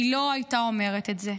היא לא הייתה אומרת את זה.